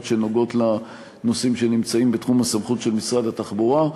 של נושאים שנמצאים בתחום הסמכות של משרד התחבורה.